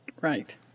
Right